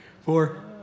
four